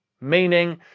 Meaning